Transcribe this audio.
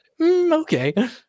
okay